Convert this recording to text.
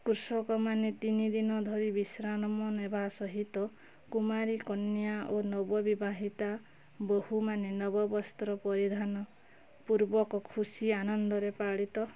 କୃଷକମାନେ ତିନିଦିନ ଧରି ବିଶ୍ରାମ ନେବା ସହିତ କୁମାରୀ କନ୍ୟା ଓ ନବ ବିବାହିତା ବୋହୂମାନେ ନବବସ୍ତ୍ର ପରିଧାନ ପୂର୍ବକ ଖୁସି ଆନନ୍ଦରେ ପାଳିତ